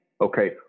Okay